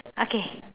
okay